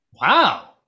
wow